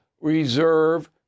reserve